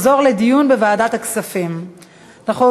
לדיון לוועדת הפנים והגנת הסביבה.